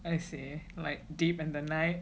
I see like deep in the night